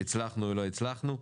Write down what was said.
הצלחנו או לא הצלחנו.